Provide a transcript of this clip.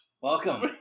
welcome